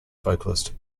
vocalist